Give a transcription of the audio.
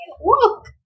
walk